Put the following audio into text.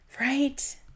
Right